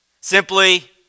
Simply